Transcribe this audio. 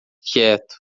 quieto